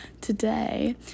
today